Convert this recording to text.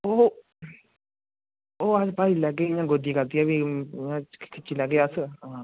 ओह् ओह् अस्स पाई लैगे इयां गोदी गादिया फ्ही खिच्ची लैगे अस